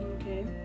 okay